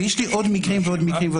ויש לי עוד ועוד מקרים.